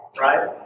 Right